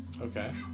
Okay